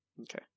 Okay